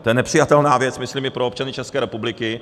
To je nepřijatelná věc myslím i pro občany České republiky.